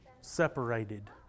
separated